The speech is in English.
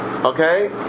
Okay